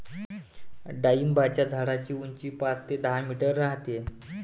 डाळिंबाच्या झाडाची उंची पाच ते दहा मीटर राहते